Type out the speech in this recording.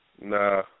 Nah